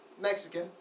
Mexican